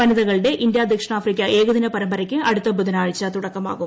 വനിതകളുടെ ഇന്ത്യ ദക്ഷിണാഫ്രിക്ക ഏകദിന പരമ്പരയ്ക്ക് അടുത്ത ബുധനാഴ്ച തുടക്കമാകും